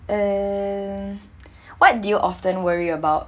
err what do you often worry about